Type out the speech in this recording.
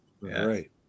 Right